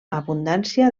abundància